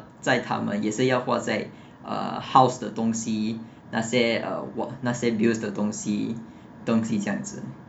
在他们也是要和花在 house 的东西那些 uh !wah! 那些 bills 的东西东西这样子